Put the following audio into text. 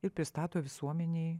ir pristato visuomenei